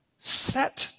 set